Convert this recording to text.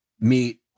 meet